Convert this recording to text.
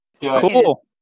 Cool